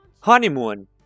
Honeymoon